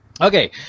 Okay